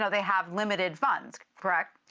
ah they have limited funds, correct?